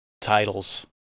titles